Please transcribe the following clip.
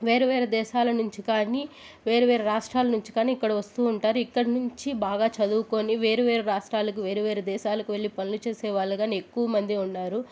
వేరు వేరు దేశాల నుంచి కానీ వేరు వేరు రాష్ట్రాల నుంచి కానీ ఇక్కడ వస్తూ ఉంటారు ఇక్కడి నుంచి బాగా చదువుకొని వేరు వేరు రాష్ట్రాలకు వేరు వేరు దేశాలకు వెళ్లి పనులు చేసే వాళ్ళుగాని ఎక్కువ మందే ఉన్నారు